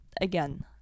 again